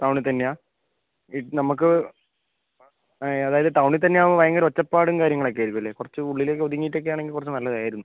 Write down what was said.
ടൌണിൽ തന്നെയാണോ ഇത് നമുക്ക് അതായത് ടൌണിൽ തന്നെ ആവുമ്പം ഭയങ്കര ഒച്ചപ്പാടും കാര്യങ്ങളൊക്കെ ആയിരിക്കില്ലേ കുറച്ച് ഉള്ളിലേക്ക് ഒതുങ്ങിയിട്ട് ഒക്കെ ആണെങ്കിൽ കുറച്ച് നല്ലതായിരുന്നു